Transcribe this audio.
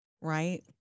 right